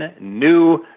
new